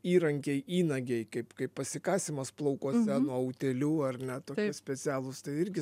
įrankiai įnagiai kaip kaip pasikasimas plaukuose nuo utėlių ar ne tokie specialūs tai irgi